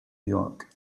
york